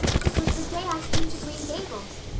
it was the day i came to green gables.